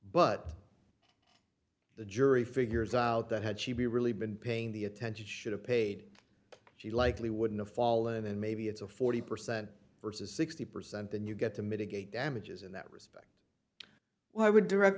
but the jury figures out that had she really been paying the attention should have paid she likely wouldn't a fall and maybe it's a forty percent versus sixty percent than you get to mitigate damages in that respect well i would direct